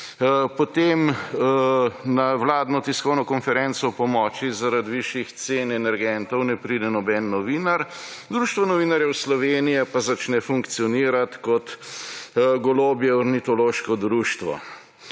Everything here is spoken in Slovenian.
Potem na vladno tiskovno konferenco o pomoči zaradi višjih cen energentov ne pride nobeden novinar, Društvo novinarjev Slovenije pa začne funkcionirati kot golobje ornitološko društvo.